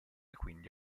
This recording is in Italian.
quindi